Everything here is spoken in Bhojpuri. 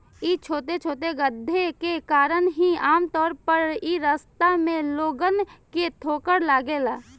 इ छोटे छोटे गड्ढे के कारण ही आमतौर पर इ रास्ता में लोगन के ठोकर लागेला